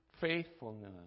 faithfulness